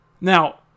Now